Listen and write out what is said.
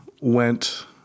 went